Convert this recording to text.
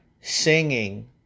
Singing